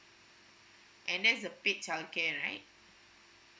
and that is the paid childcare right